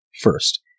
first